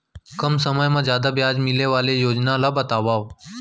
कम समय मा जादा ब्याज मिले वाले योजना ला बतावव